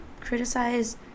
criticize